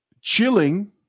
Chilling